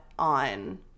on